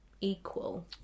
equal